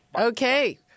Okay